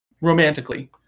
romantically